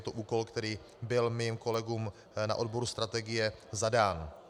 Je to úkol, který byl mým kolegům na odboru strategie zadán.